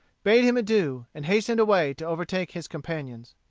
bade him adieu, and hastened away to overtake his companions.